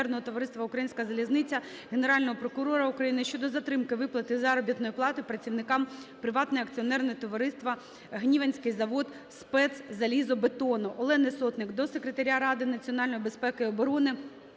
Олени Сотник до Секретаря Ради національної безпеки і оборони